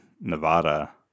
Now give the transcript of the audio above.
Nevada